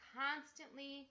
constantly